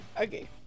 okay